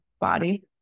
body